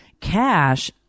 Cash